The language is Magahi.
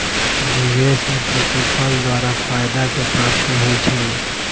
निवेश में प्रतिफल द्वारा फयदा के प्राप्ति होइ छइ